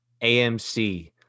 AMC